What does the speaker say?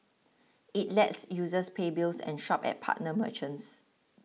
it lets users pay bills and shop at partner merchants